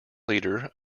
leader